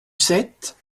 sept